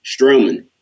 Strowman